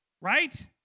Right